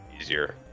easier